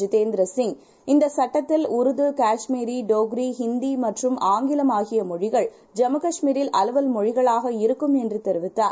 ஜிதேந்திரசிங் இந்தசட்டத்தில்உருது காஷ்மீரி டோக்ரி ஹிந்திமற்றும்ஆங்கிலம்ஆகியமொழிகள்ஜம்முகாஷ்மீரில்அலுவல்மொழிகளாகஇரு க்கும்என்றுதெரிவித்தார்